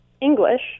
English